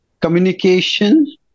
Communication